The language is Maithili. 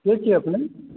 के छी अपने